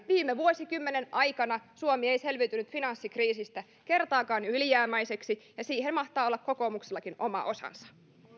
viime vuosikymmenen aikana suomi ei selviytynyt finanssikriisistä kertaakaan ylijäämäiseksi ja siinä mahtaa olla kokoomuksellakin oma osansa